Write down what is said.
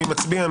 מי מצביע,